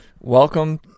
Welcome